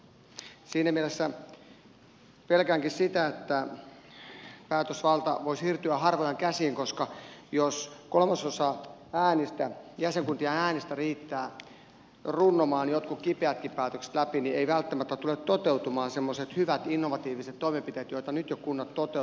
siinä mielessä pelkäänkin sitä että päätösvalta voi siirtyä harvojen käsiin koska jos kolmasosa jäsenkuntien äänistä riittää runnomaan jotkut kipeätkin päätökset läpi niin eivät välttämättä tule toteutumaan semmoiset hyvät innovatiiviset toimenpiteet joita nyt jo kunnat toteuttavat